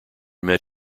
met